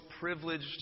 privileged